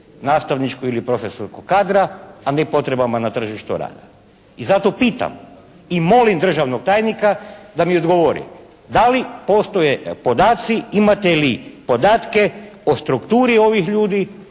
nastavničkog ili profesorskog kadra, a ni potrebama na tržištu rada. I zato pitam i molim državnog tajnika da mi odgovori da li postoje podaci, imate li podatke o strukturi ovih ljudi,